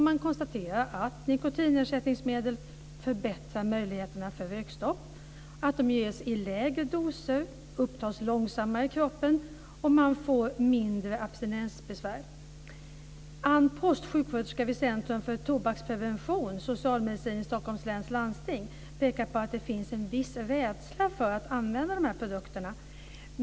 Man konstaterar att nikotinersättningsmedel förbättrar möjligheterna för rökstopp, att de ges i lägre doser och upptas långsammare i kroppen. De ger också mindre abstinensbesvär. Ann Post, sjuksköterska vid Centrum för tobaksprevention i Stockholms läns landsting, pekar på att det finns en viss rädsla för att använda dessa produkter.